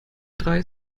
drei